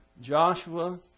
Joshua